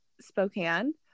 spokane